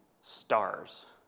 stars